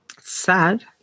Sad